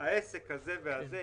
העסק הזה והזה,